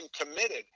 committed